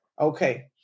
Okay